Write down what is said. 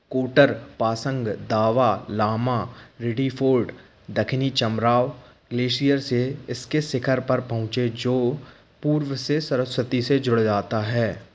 कोटर पासंग दावा लामा रिडिफ़ोर्ड दक्षिणी चमराव ग्लेशियर से इसके शिखर पर पहुंचे जो पूर्व से सरस्वती से जुड़ जाता है